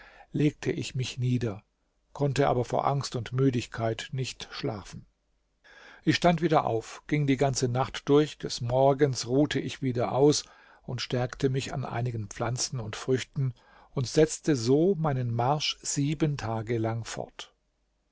legte ich mich nieder konnte aber vor angst und müdigkeit nicht schlafen ich stand wieder auf ging die ganze nacht durch des morgens ruhte ich wieder aus und stärkte mich an einigen pflanzen und früchten und setzte so meinen marsch sieben tage lang fort